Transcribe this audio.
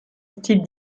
style